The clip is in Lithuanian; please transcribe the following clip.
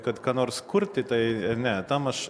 kad ką nors kurti tai ne tam aš